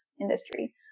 industry